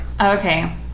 Okay